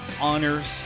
honors